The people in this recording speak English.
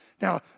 Now